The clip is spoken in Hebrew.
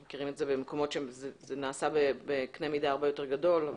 אנחנו מכירים את זה במקומות שזה נעשה בקנה מידה הרבה יותר גדול.